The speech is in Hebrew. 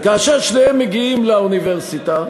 וכאשר שניהם מגיעים לאוניברסיטה,